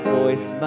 voice